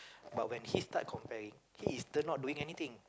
but when he start comparing he is still not doing anything